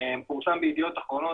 זה פורסם בידיעות אחרונות.